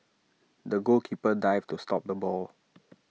the goalkeeper dived to stop the ball